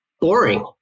boring